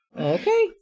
Okay